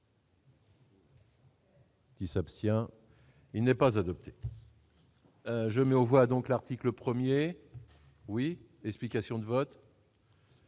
Qui s'abstient, il n'est pas adopté, je mets on voit donc l'article 1er oui, explications de vote.